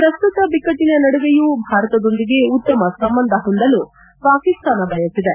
ಪ್ರಸ್ತುತ ಬಿಕ್ಕಟ್ಟಿನ ನಡುವೆಯೂ ಭಾರತದೊಂದಿಗೆ ಉತ್ತಮ ಸಂಬಂಧ ಹೊಂದಲು ಪಾಕಿಸ್ತಾನ ಬಯಸಿದೆ